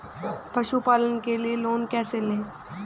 पशुपालन के लिए लोन कैसे लें?